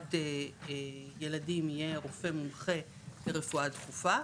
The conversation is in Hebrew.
במלר"ד ילדים יהיה רופא מומחה ברפואה דחופה.